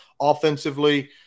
Offensively